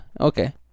okay